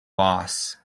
boss